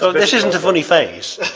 so this isn't a funny face.